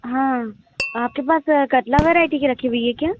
हाँ आपके पास कतला वैरायटी की रखी हुई है क्या